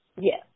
Yes